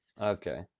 Okay